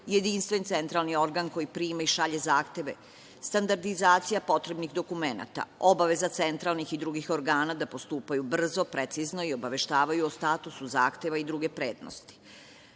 jedinstven centralni organ koji prima i šalje zahteve, standardizacija potrebnih dokumenata, obaveza centralnih i drugih organa da postupaju brzo, precizno i obaveštavaju o statusu zahteva i druge